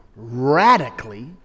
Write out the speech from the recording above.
radically